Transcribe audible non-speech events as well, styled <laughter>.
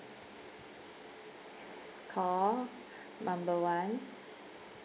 call <breath> number one